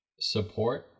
support